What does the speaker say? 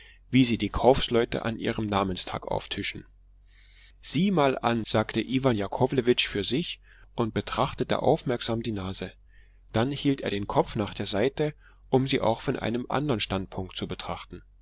wie sie die kaufleute an ihrem namenstag auftischen sieh mal an sagte iwan jakowlewitsch für sich und betrachtete aufmerksam die nase und dann hielt er den kopf nach der seite am sie auch von einem andern standpunkt zu betrachten